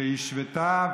שהשוותה,